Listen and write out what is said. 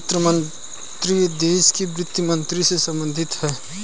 वित्त मंत्रीत्व देश के वित्त मंत्री से संबंधित है